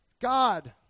God